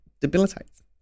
debilitates